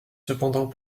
cependant